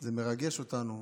זה מרגש אותנו.